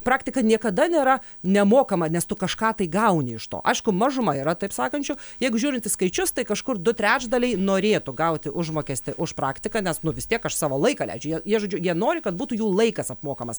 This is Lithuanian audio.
praktika niekada nėra nemokama nes tu kažką tai gauni iš to aišku mažuma yra taip sakančių jeigu žiūrint į skaičius tai kažkur du trečdaliai norėtų gauti užmokestį už praktiką nes vis tiek aš savo laiką leidžiu jie jie žodžiu jie nori kad būtų jų laikas apmokamas